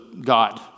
God